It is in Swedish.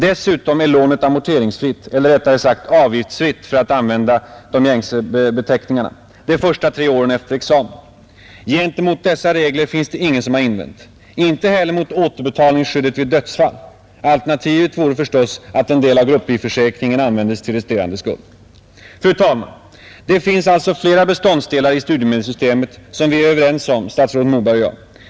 Dessutom är lånet amorteringsfritt — eller för att använda gängse beteckning avgiftsfritt — de första tre åren efter examen. Gentemot dessa regler finns det ingen som har invänt. Inte heller mot återbetalningsskyddet vid dödsfall — alternativet vore förstås att en del av grupplivförsäkringen användes till resterande skuld. Fru talman! Det finns alltså flera beståndsdelar i studiemedelssystemet som vi är överens om, statsrådet Moberg och jag.